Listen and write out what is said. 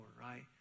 Right